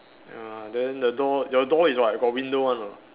ya then the door your door is what got window one or not